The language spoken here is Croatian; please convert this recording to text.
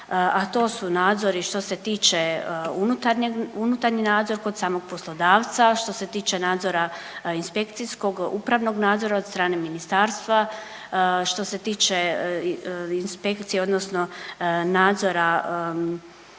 a to su nadzori što se tiče unutarnji nadzor kod samog poslodavca, što se tiče nadzora inspekcijskog, upravnog nadzora od strane ministarstva, što se tiče inspekcija odnosno nadzora